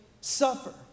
suffer